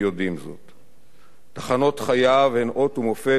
תחנות חייו הן אות ומופת למצוינות אישית ואנושית.